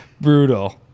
Brutal